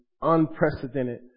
unprecedented